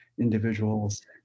individuals